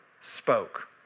spoke